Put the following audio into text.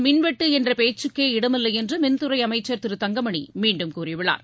மின்வெட்டுஎன்றபேச்சுக்கே தமிழகத்தில் இடமில்லைஎன்றுமின்துறைஅமைச்சர் திரு தங்கமணிமீண்டும் கூறியுள்ளார்